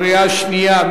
קריאה שנייה.